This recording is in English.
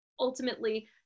ultimately